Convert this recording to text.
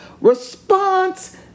response